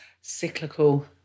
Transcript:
cyclical